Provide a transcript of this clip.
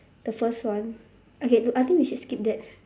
the first one okay I think we should skip that